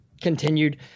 continued